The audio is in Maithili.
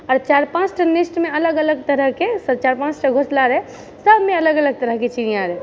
आर चारि पांँचटा नेस्टमे अलग अलग तरहके सब चारि पांँचटा घोसला रहै सबमे अलग अलग तरहकेँ चिड़िया रहै